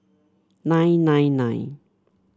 nine nine nine